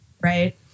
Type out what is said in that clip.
Right